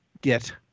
get